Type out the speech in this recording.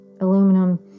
aluminum